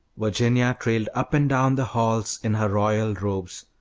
virginia trailed up and down the halls in her royal robes,